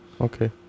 Okay